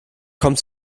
kommt